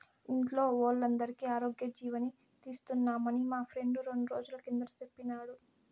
ఇంట్లో వోల్లందరికీ ఆరోగ్యజీవని తీస్తున్నామని మా ఫ్రెండు రెండ్రోజుల కిందట సెప్పినాడు